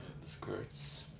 Skirts